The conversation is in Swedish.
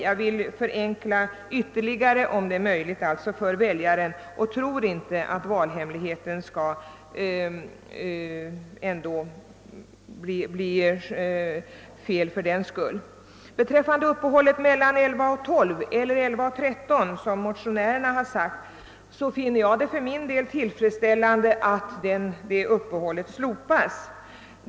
Jag vill förenkla det för väljaren i den mån det är möjligt, och jag tror inte att valhemligheten skall bli lidande på det. Beträffande uppehållet mellan kl. 11 och kl. 12 — eller mellan kl. 11 och kl. 13 som motionärerna föreslagit — finner jag det tillfredsställande att uppehållet slopas.